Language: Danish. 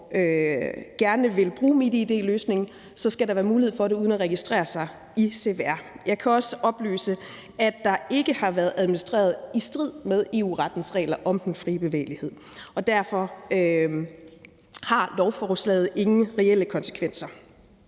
gerne vil bruge MitID-løsning, skal der være mulighed for det uden at registrere sig i CVR. Jeg kan også oplyse, at der ikke har været administreret i strid med EU-rettens regler om den frie bevægelighed, og derfor har lovforslaget ingen reelle konsekvenser.